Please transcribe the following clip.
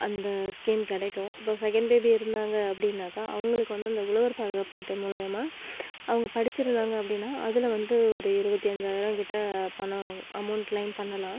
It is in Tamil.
அந்த ஸ்கீம் கிடைக்கும் இப்போ செகண்ட் பேபி இருந்தாங்க அப்படினாக்கா அவங்களுக்கு வந்து அந்த உழவர் பாதுகாப்பு அட்டை மூலியமாக அவங்க படிச்சிருந்தாங்க அப்படினா அதில் வந்து ஒரு இருபத்தி அஞ்சாயிரம் கிட்ட பணம் அமௌண்ட் க்ளைம் பண்ணலாம்